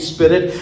Spirit